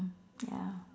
ya